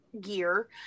gear